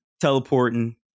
teleporting